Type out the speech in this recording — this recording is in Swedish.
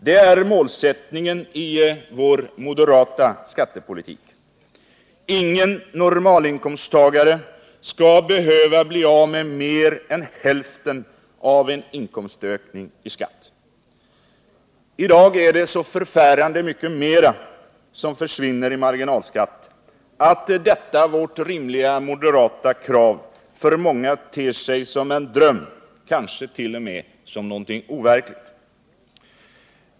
Det är målsättningen i vår moderata skattepolitik: Ingen normalinkomsttagare skall behöva bli av med mer än hälften av en inkomstökning i skatt. I dag är det så förfärande mycket mer som försvinner i marginalskatt att detta vårt rimliga moderata krav för många ter sig som en dröm, kanske t.o.m. som någonting overkligt.